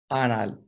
anal